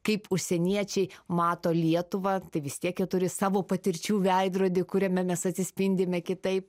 kaip užsieniečiai mato lietuvą tai vis tiek jie turi savo patirčių veidrodį kuriame mes atsispindime kitaip